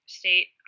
state